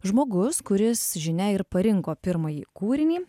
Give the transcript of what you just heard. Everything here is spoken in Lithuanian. žmogus kuris žinia ir parinko pirmąjį kūrinį